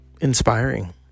inspiring